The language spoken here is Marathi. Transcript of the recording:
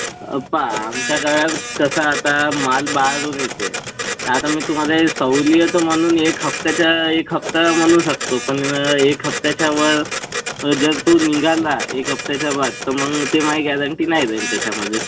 पहा आमच्या गाळ्यात कसा आता माल बाहेरून येते तर आता मी तुम्हाला सवलीयत म्हणून एक हप्ताच्या एक हप्ता म्हणू शकतो पण एक हप्त्याच्यावर जर तो निघाला एक हप्त्याच्या बाद तर मग ते माझी ग्यारंटी नाही राहील त्याच्यामध्ये